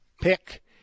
pick